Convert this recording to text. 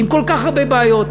עם כל כך הרבה בעיות,